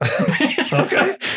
okay